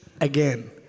again